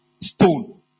stone